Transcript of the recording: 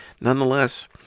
nonetheless